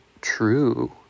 true